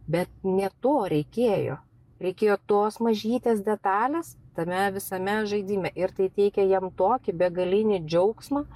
bet ne to reikėjo reikėjo tos mažytės detalės tame visame žaidime ir tai teikė jam tokį begalinį džiaugsmą